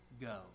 go